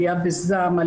עלייה בזעם,